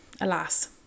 alas